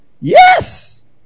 yes